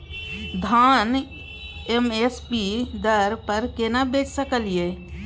धान M S P दर पर केना बेच सकलियै?